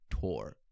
tour